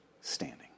standing